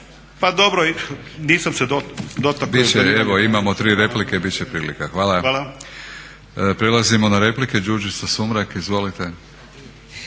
Milorad (HNS)** Bit će, evo imamo tri replike, bit će prilike. Hvala. Prelazimo na replike. Đurđica Sumrak, izvolite.